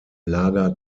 lager